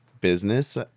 business